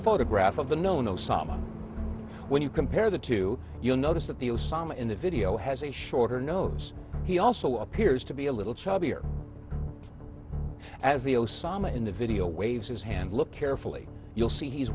photograph of the known osama when you compare the two you'll notice that the osama in the video has a shorter nose he also appears to be a little chubby or as the osama in the video waves his hand look carefully you'll see he's